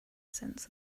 sense